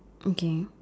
okay